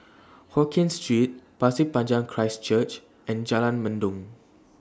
Hokien Street Pasir Panjang Christ Church and Jalan Mendong